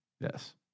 Yes